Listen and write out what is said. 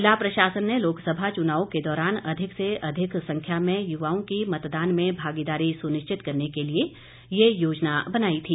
ज़िला प्रशासन ने लोकसभा चुनाव के दौरान अधिक से अधिक संख्या में युवाओं की मतदान में भागीदारी सुनिश्चित करने के लिए ये योजना बनाई थी